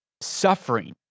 suffering